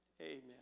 Amen